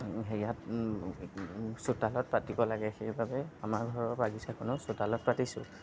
হেৰিয়াত চোতালত পাতিব লাগে সেইবাবে আমাৰ ঘৰৰ বাগিচাখনো চোতালত পাতিছোঁ